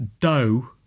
dough